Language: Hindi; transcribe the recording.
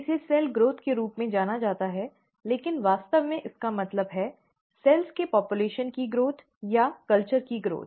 इसे सेल ग्रोथ के रूप में जाना जाता है लेकिन वास्तव में इसका मतलब है सेल्स के आबादी की ग्रोथ या कल्चर की ग्रोथ